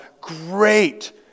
great